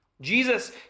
Jesus